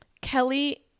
Kelly